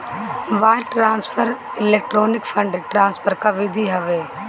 wire transfer electronic fund transfer कअ विधि हवे